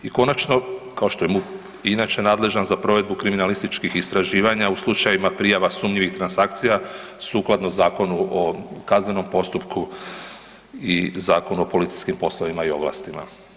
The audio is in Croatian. I konačno, kao što je MUP inače nadležan za provedbu kriminalističkih istraživanja u slučajevima prijava sumnjivih transakcija sukladno Zakonu o kaznenom postupku i Zakonu o policijskim poslovima i ovlastima.